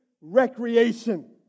recreation